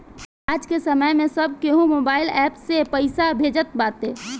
आजके समय में सब केहू मोबाइल एप्प से पईसा भेजत बाटे